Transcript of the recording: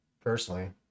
personally